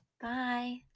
Bye